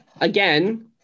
again